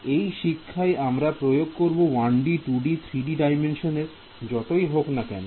এই শিক্ষাই আমরা প্রয়োগ করব 1D 2D 3D ডাইমেনশন যতই হোক না কেন